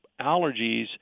allergies